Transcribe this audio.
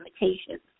Limitations